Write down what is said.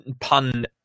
Pun